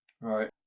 Right